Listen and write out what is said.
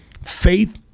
faith